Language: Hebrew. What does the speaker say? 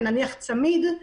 כמו למשל צמיד.